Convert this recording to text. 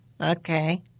Okay